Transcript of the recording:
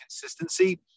consistency